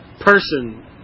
person